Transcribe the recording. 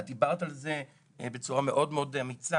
את דיברת על זה בצורה מאוד מאוד אמיצה,